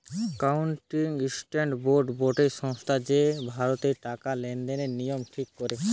accounting standard board গটে সংস্থা যে ভারতের টাকা লেনদেনের নিয়ম ঠিক করে